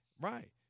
Right